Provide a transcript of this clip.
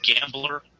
Gambler